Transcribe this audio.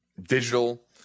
digital